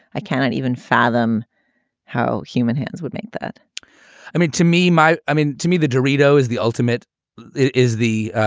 i can't even fathom how human hands would make that i mean to me my i mean to me the territo is the ultimate, it is the,